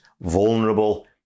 vulnerable